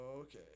Okay